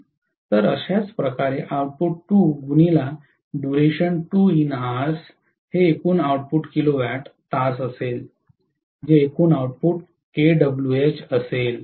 तर अशाच प्रकारे हे एकूण आउटपुट किलोवॅट तास असेल जे एकूण आउटपुट केडब्ल्यूएच असेल